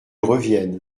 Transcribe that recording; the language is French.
revienne